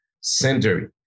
century